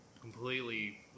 completely